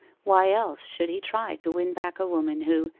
why else should he try to win back a woman who,